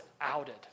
outed